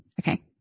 Okay